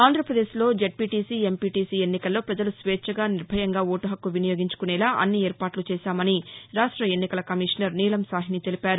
ఆంధ్రాపదేశ్లో ZPTC MPTC ఎన్నికల్లో ప్రవజలు స్వేచ్చగా నిర్బయంగా ఓటు హక్కు వినియోగించుకునేలా అన్ని ఏర్పాట్లు చేశామని రాష్ట ఎన్నికల కమిషనర్ నీలం సాహ్ని తెలిపారు